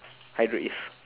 hydro is